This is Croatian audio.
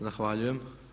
Zahvaljujem.